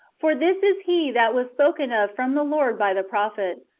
for this is he that was spoken of from the lord by the prophet,